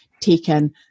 taken